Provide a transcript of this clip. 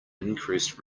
increased